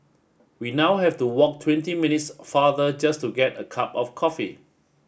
we now have to walk twenty minutes farther just to get a cup of coffee